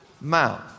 mouth